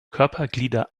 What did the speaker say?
körperglieder